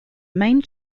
main